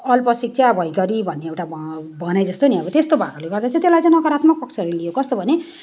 अल्पशिक्षा भैकरि भन्ने एउटा भनाइ जस्तो नि अब त्यस्तो भएकोले गर्दा चाहिँ त्यसलाई चाहिँ नकारात्मक पक्षहरूले कस्तो भने